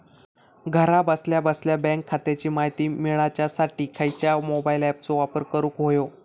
घरा बसल्या बसल्या बँक खात्याची माहिती मिळाच्यासाठी खायच्या मोबाईल ॲपाचो वापर करूक होयो?